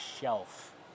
shelf